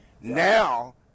Now